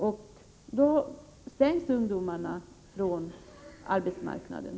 Och då utestängs ungdomarna från arbetsmarknaden.